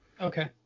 Okay